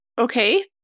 Okay